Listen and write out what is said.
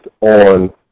on